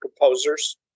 composers